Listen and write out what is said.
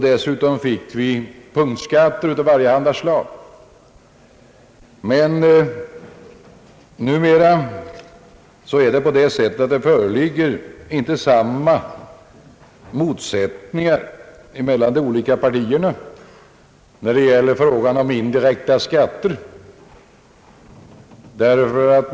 Dessutom fick vi punktskatter av allehanda slag. Men numera föreligger inte samma motsättningar mellan de olika partierna när det gäller frågan om indirekta skatter.